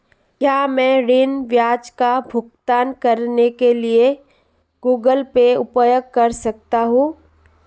क्या मैं ऋण ब्याज का भुगतान करने के लिए गूगल पे उपयोग कर सकता हूं?